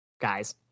guys